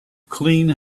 clean